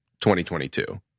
2022